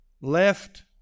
left